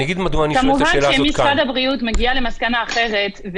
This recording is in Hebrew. כמובן שאם משרד הבריאות יגיע למסקנה אחרת,